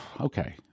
okay